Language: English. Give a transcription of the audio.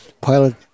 pilot